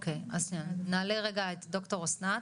נעלה את ד"ר אסנת.